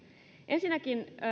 ensinnäkin